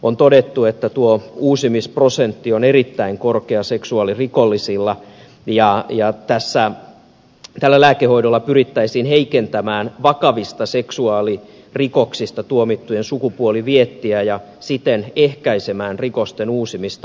on todettu että tuo uusimisprosentti on erittäin korkea seksuaalirokollisilla ja tällä lääkehoidolla pyrittäisiin heikentämään vakavista seksuaalirikoksista tuomittujen sukupuoliviettiä ja siten ehkäisemään rikosten uusimista